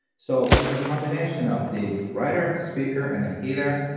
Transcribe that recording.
so with the combination of these, writer, speaker, and a healer,